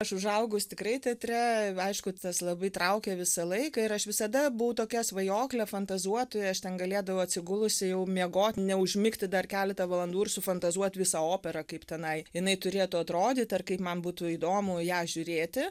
aš užaugus tikrai teatre aišku tas labai traukė visą laiką ir aš visada buvau tokia svajoklė fantazuotoja aš ten galėdavau atsigulusi jau miegot neužmigti dar keletą valandų ir sufantazuot visą operą kaip tenai jinai turėtų atrodyt ar kaip man būtų įdomu ją žiūrėti